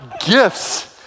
Gifts